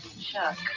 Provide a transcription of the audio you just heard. Chuck